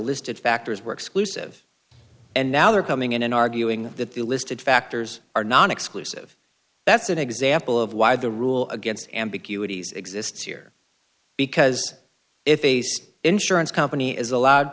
listed factors were exclusive and now they're coming in and arguing that the listed factors are non exclusive that's an example of why the rule against ambiguities exists here because if ace insurance company is allowed